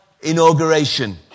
inauguration